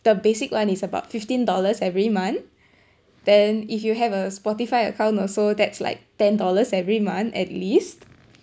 the basic one is about fifteen dollars every month then if you have a Spotify account also that's like ten dollars every month at least